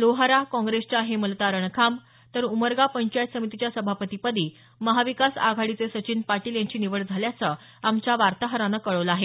लोहारा काँग्रेसच्या हेमलता रणखांब तर उमरगा पंचायत समितीच्या सभापतिपदी महाविकास आघाडीचे सचिन पाटील यांची निवड झाल्याचं आमच्या वार्ताहरानं कळवल आहे